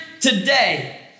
today